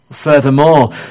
Furthermore